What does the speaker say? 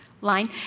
line